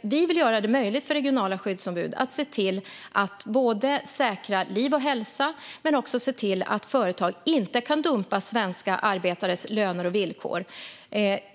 Vi vill göra det möjligt för regionala skyddsombud att både se till att säkra liv och hälsa och se till att företag inte kan dumpa svenska arbetares löner och villkor.